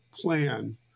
plan